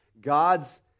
God's